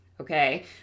Okay